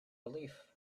relief